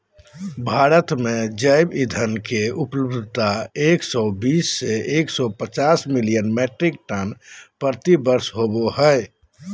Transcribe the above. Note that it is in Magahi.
भारत में जैव ईंधन के उपलब्धता एक सौ बीस से एक सौ पचास मिलियन मिट्रिक टन प्रति वर्ष होबो हई